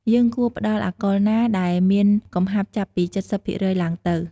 យើងគួរផ្តល់អាល់កុលណាដែលមានកំហាប់ចាប់ពី ៧០% ឡើងទៅ។